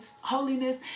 holiness